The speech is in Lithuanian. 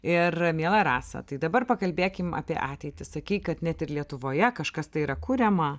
ir miela rasa tai dabar pakalbėkim apie ateitį sakei kad net ir lietuvoje kažkas tai yra kuriama